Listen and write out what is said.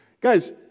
guys